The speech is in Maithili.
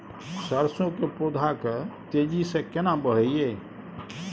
सरसो के पौधा के तेजी से केना बढईये?